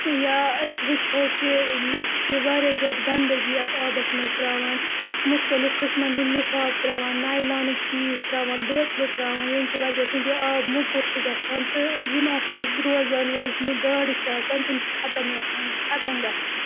یا أسۍ وٕچھو کہِ لُکھ چھِ واریاہ زیادٕ گنٛدگی اَتھ آبَس منٛز ترٛاوان مختلف قٕسمَن ہٕنٛدۍ لِفاف ترٛاوان نایلانٕکۍ چیٖز ترٛاوان بٲتلہٕ ترٛاوان یٔمۍ کہِ وجہ سۭتۍ یہِ آب موٚکُر چھِ گژھان تہٕ یِم اَتھ منٛز روزن واجنہِ گاڈٕ چھِ آسان تِم چھِ ختم یَژھان ختم گژھان